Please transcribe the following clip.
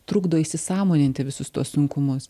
trukdo įsisąmoninti visus tuos sunkumus